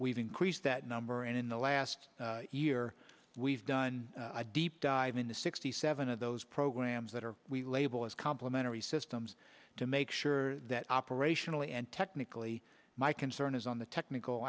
we've increased that number and in the last year we've done a deep dive in the sixty seven of those programs that are we label as complimentary systems to make sure that operationally and technically my concern is on the technical